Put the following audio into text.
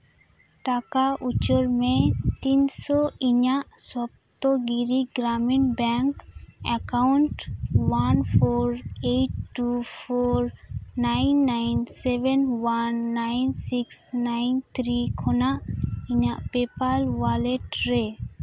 ᱴᱟᱠᱟ ᱩᱪᱟᱹᱲ ᱢᱮ ᱛᱤᱱᱥᱚ ᱤᱧᱟᱹᱜ Saptagiri Gramin bank account one four eight two four nine nine seven one nine six nine three ᱠᱷᱚᱱᱟᱜ ᱤᱧᱟᱹᱜ ᱯᱮᱯᱟᱨ ᱚᱣᱟᱞᱮᱴ ᱨᱮ